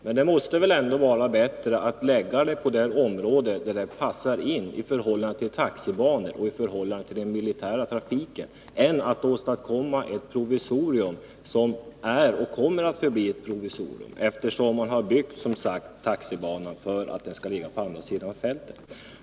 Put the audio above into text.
Men det måste väl ändå vara bättre att lägga den på det område där den passar in i förhållande tilltaxibanor och i förhållande till den militära trafiken än att åstadkomma ett provisorium som är och kommer att förbli ett provisorium, eftersom man som sagt bl.a. har byggt taxibanor för att terminalen skall ligga på andra sidan fältet.